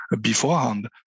beforehand